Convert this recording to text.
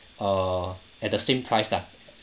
err at the same price lah